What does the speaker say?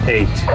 Eight